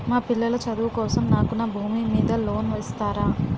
మా పిల్లల చదువు కోసం నాకు నా భూమి మీద లోన్ ఇస్తారా?